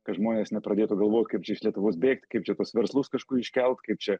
kad žmonės nepradėtų galvot kaip čia iš lietuvos bėgt kaip čia tuos verslus kažkur iškelt kaip čia